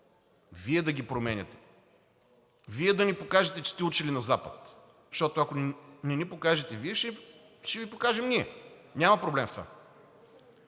Вие да ги променяте, Вие да ни покажете, че сте учили на Запад. Защото, ако не ни покажете Вие, ще Ви покажем ние, няма проблем в това.